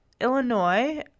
Illinois